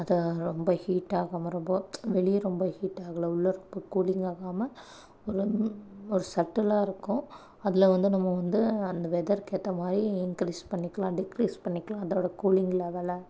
அது ரொம்ப ஹீட் ஆகாமல் ரொம்ப வெளிய ரொம்ப ஹீட் ஆகலை உள்ள ரொம்ப கூலிங் ஆகாமல் ரொம்ப ஒரு சட்டிலாக இருக்கும் அதில் வந்து நம்ம வந்து அந்த வெதர்க்கு ஏற்ற மாதிரி இன்க்ரீஸ் பண்ணிக்கலாம் டிக்ரீஸ் பண்ணிக்கலாம் அதோடய கூலிங் லெவலை